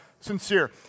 sincere